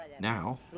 now